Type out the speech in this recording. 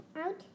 out